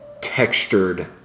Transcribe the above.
textured